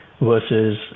versus